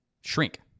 shrink